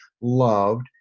loved